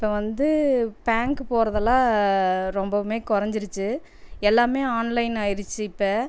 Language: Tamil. இப்போ வந்து பேங்க்கு போகிறதெல்லாம் ரொம்பவுமே குறஞ்சிருச்சி எல்லாமே ஆன்லைன் ஆயிருச்சு இப்போ